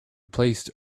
placed